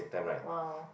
!wow!